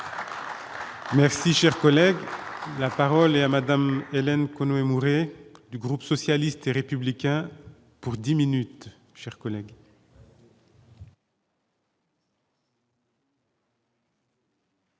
Merci, cher collègue là. Parole est à Madame Hélène Conway Mouret du groupe socialiste et républicain pour 10 minutes chers collègues.